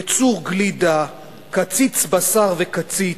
ייצור גלידה, קציץ בשר וקציץ,